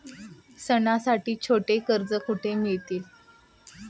सणांसाठी छोटी कर्जे कुठे मिळतील?